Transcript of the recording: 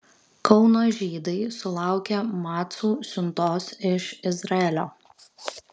kauno žydai sulaukė macų siuntos iš izraelio